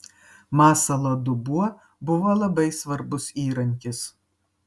masalo dubuo buvo labai svarbus įrankis